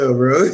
bro